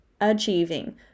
achieving